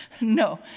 No